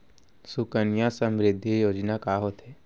सुकन्या समृद्धि योजना का होथे